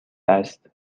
است